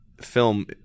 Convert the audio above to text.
film